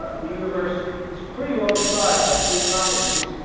the universe is pretty well described by threes properties,